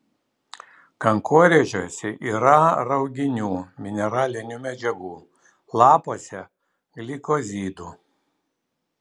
kankorėžiuose yra rauginių mineralinių medžiagų lapuose glikozidų